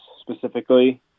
specifically